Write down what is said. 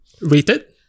rated